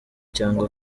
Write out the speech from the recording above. cyangwa